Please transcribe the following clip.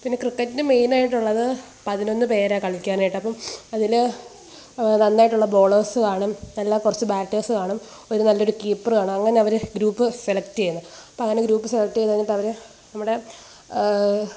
പിന്നെ ക്രിക്കറ്റിന് മെയിൻ ആയിട്ടുള്ളത് പതിനൊന്ന് പേരാണ് കളിക്കാൻ ആയിട്ട് അപ്പോള് അതില് നന്നായിട്ടുള്ള ബോളേഴ്സ് കാണും നല്ല കുറച്ച് ബാറ്റേഴ്സ് കാണും ഒരു നല്ലൊരു കീപ്പർ വേണം അങ്ങനെ അവരെ ഗ്രൂപ്പ് സെലക്ട് ചെയ്യുന്നെ അപ്പോള് അങ്ങനെ ഗ്രൂപ്പ് സെലക്ട് ചെയ്ത് കഴിഞ്ഞിട്ട് അവര് നമ്മുടെ